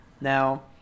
Now